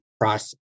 process